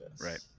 Right